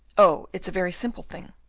oh, it's a very simple thing.